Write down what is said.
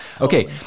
okay